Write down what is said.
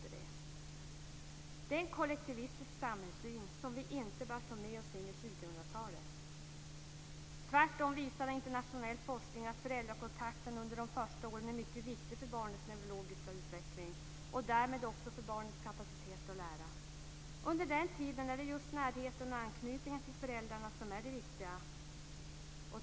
Det är en kollektivistisk samhällssyn som vi inte bör ta med oss in i 2000 Tvärtom visar internationell forskning att föräldrakontakten under de första åren är mycket viktig för barnets neurologiska utveckling och därmed också för barnets kapacitet att lära. Under den tiden är det just närheten och anknytningen till föräldrarna som är det viktiga.